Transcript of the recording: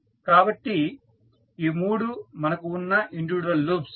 కాబట్టి ఇవి మూడూ మనకు వున్న ఇండివిడ్యువల్ లూప్స్